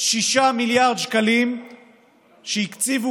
6 מיליארד שקלים שהקציבו,